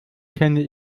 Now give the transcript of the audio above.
kenne